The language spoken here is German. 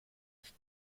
ich